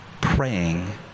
praying